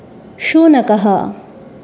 शुनकः